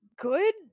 good